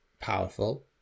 powerful